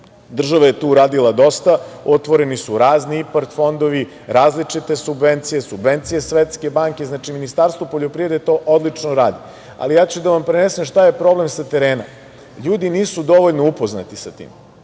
Država je tu uradila dosta. Otvoreni su razni IPARD fondovi, različite subvencije, subvencije Svetske banke. Ministarstvo poljoprivrede to odlično radi. Preneću vam šta je problem sa terena. Ljudi nisu dovoljno upoznati sa tim.